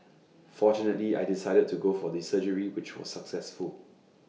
fortunately I decided to go for the surgery which was successful